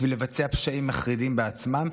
בשביל לבצע פשעים מחרידים בעצמם.